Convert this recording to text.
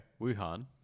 Wuhan